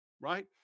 Right